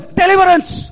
deliverance